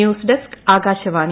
news desk Akashvani